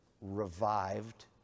revived